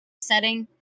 setting